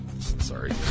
Sorry